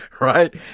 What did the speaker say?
right